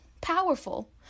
powerful